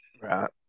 right